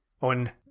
on